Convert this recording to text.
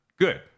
good